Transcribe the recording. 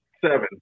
seven